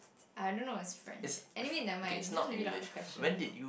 I don't know is French leh anyway never mind just read out the question